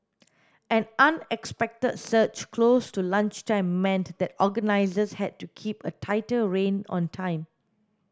an unexpected surge close to lunchtime meant that organisers had to keep a tighter rein on time